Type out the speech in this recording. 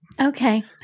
Okay